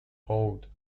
hold